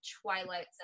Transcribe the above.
Twilight